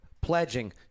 pledging